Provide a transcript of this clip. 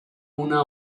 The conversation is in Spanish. una